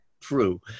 True